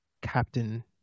captain